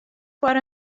foar